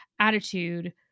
attitude